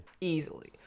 Easily